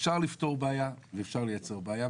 אפשר לפתור בעיה ואפשר לייצר בעיה.